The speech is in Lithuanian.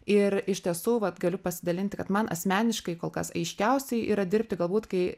ir iš tiesų vat galiu pasidalinti kad man asmeniškai kol kas aiškiausia yra dirbti galbūt kai